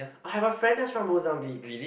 I have a friend that's from Mozambique